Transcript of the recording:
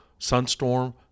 Sunstorm